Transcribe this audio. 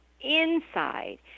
inside